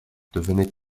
devenaient